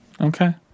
okay